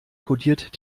kodiert